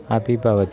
अपि भवति